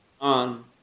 on